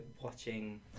watching